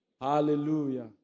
Hallelujah